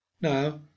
Now